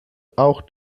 auch